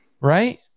Right